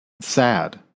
sad